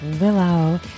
Willow